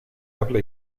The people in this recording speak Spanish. habla